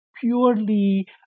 purely